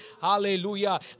Hallelujah